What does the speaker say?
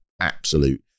absolute